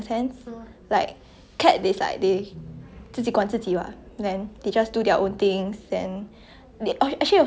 actually also depends on the animal itself lah cause like some animals they some dogs also very cold to the owner [one] [what]